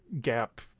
gap